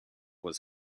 was